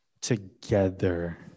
together